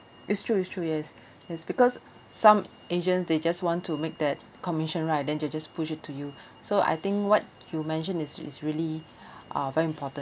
is true is true yes is because some agent they just want to make that commission right then they just push it to you so I think what you mentioned is is really uh very important